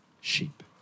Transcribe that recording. sheep